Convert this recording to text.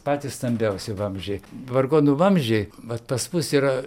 patys stambiausi vamzdžiai vargonų vamzdžiai vat pas mus yra